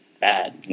bad